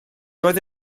roedd